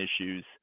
issues